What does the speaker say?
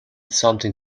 something